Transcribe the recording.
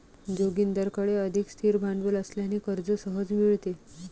जोगिंदरकडे अधिक स्थिर भांडवल असल्याने कर्ज सहज मिळते